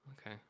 Okay